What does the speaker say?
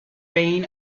vain